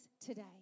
today